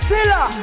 Silla